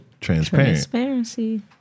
transparency